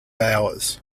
hours